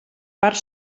part